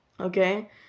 Okay